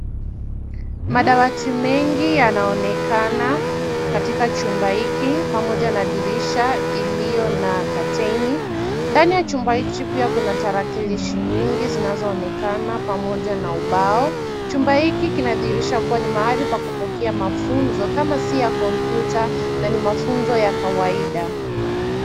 Madawati mengi yanaonekana katika chumba hiki pamoja na dirisha iliyo na kateini .Ndani ya chumba hichi pia kuna tarakilishi nyingi zinazoonekana pamoja na ubao. Chumba hiki kinadhihirisha kuwa ni mahali pa kupokea mafunzo kama si ya kompyuta na ni mafunzo ya kawaida.